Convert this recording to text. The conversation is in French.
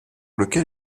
lequel